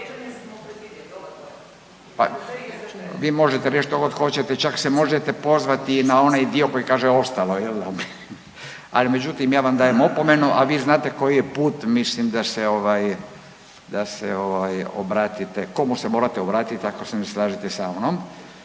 vi možete reć štogod hoćete čak se možete pozvati i na onaj dio koji kaže ostalo … ali međutim ja vam dajem opomenu, a vi znate koji je put, mislim da se ovaj obratite komu se morate obratit ako se ne slažete sa mnom.